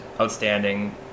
outstanding